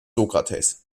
sokrates